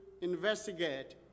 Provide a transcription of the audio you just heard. investigate